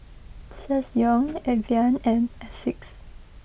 Ssangyong Evian and Asics